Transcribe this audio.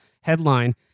headline